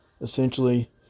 essentially